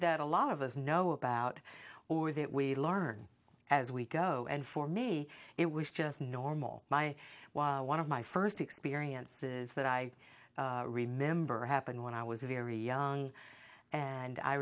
that a lot of us know about or that we learn as we go and for me it was just normal my one of my first experiences that i remember happened when i was very young and i